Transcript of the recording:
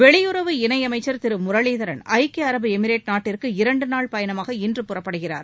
வெளியுறவு இணையமைச்சர் திரு முரளிதரன் ஐக்கிய அரபு எமிரேட் நாட்டிற்கு இரண்டு நாள் பயணமாக இன்று புறப்படுகிறார்